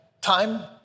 time